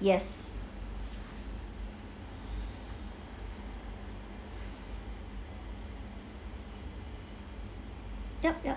yes yup yup